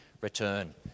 return